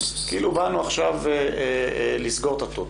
כאילו באנו עכשיו לסגור את הטוטו.